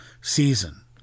season